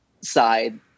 side